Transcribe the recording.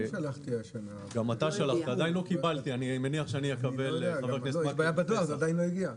אנחנו רואים ששוק המכתבים הולך ודועך,